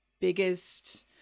biggest